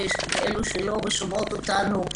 ואלו שלא ושומעות אותנו.